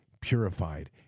purified